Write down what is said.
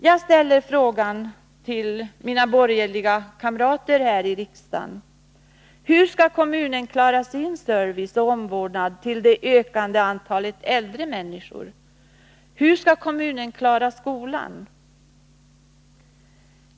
Jag ställer frågan till mina borgerliga kamrater här i riksdagen: Hur skall kommunen klara sin service och omvårdnad till det ökande antalet äldre människor? Hur skall kommunen klara skolan?